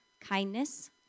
kindness